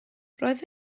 roedd